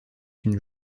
une